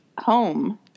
home